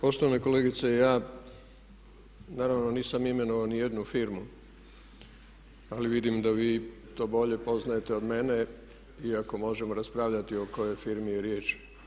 Poštovana kolegice, ja naravno nisam imenovao ni jednu firmu, ali vidim da vi to bolje poznajete od mene iako možemo raspravljati o kojoj firmi je riječ.